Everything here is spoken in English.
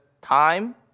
time